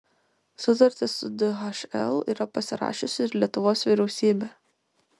sutartį su dhl yra pasirašiusi ir lietuvos vyriausybė